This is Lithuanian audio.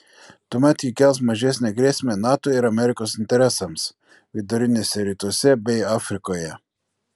tuomet ji kels mažesnę grėsmę nato ir amerikos interesams viduriniuose rytuose bei afrikoje